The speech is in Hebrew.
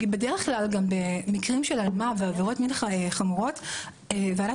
בדרך כלל גם במקרים של אלמ"ב ועבירות מין חמורות ועדת